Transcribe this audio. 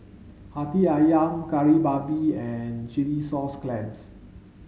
Hati Ayam Kari Babi and Chilli Sauce Clams